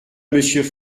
monsieur